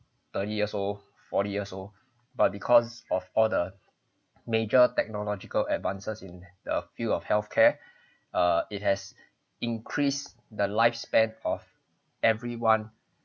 thirty years old forty years old but because of all the major technological advances in the field of health care err it has increased the lifespan of everyone